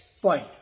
point